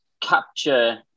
capture